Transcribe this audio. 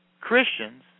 Christians